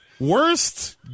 Worst